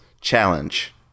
Challenge